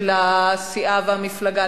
של הסיעה ושל המפלגה,